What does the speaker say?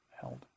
held